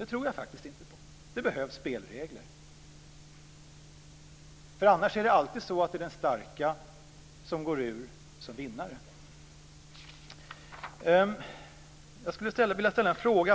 inte tror på. Det behövs spelregler, för annars är det alltid den starke som går ur det hela som vinnare. Apropå friheten skulle jag vilja ställa en fråga.